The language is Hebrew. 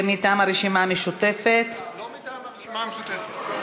מטעם הרשימה המשותפת, לא מטעם הרשימה המשותפת.